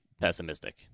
pessimistic